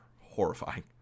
horrifying